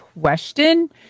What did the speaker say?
question